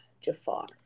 Jafar